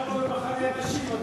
יש לך מזל שאתה חבר כנסת ולא